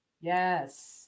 Yes